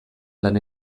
lan